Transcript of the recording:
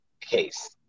case